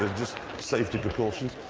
ah just safety precautions.